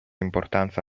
importanza